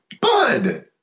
bud